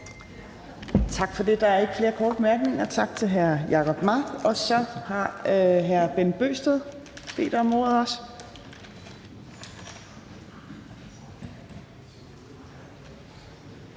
Tak for det. Der er ikke flere korte bemærkninger. Tak til hr. Jacob Mark. Og så har hr. Bent Bøgsted bedt om ordet også.